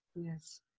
Yes